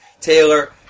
Taylor